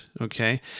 okay